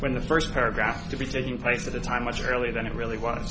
in the first paragraph to be taking place at a time much earlier than it really was